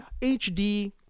HD